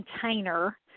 container